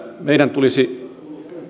meidän tulisi